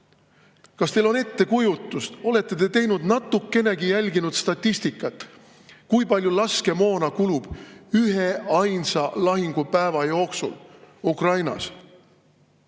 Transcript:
Kas teil on ettekujutust, olete te natukenegi jälginud statistikat, kui palju laskemoona kulub üheainsa lahingupäeva jooksul Ukrainas?